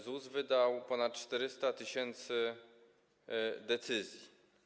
ZUS wydał ponad 400 tys. decyzji.